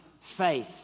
faith